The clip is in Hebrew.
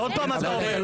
עוד פעם אתה אומר זמני.